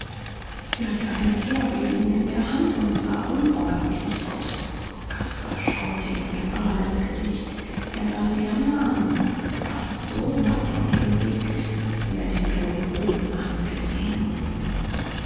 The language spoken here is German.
sie hatte einen kehrbesen in der hand und sah unordentlich aus caspar schaute in ihr fahles gesicht er sah sie lange an fast so matt und bewegt wie er den toten vogel angesehen